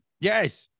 Yes